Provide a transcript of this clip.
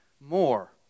more